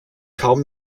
kaum